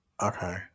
okay